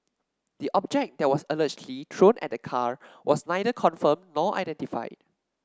the object that was allegedly thrown at the car was neither confirmed nor identified